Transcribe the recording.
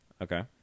Okay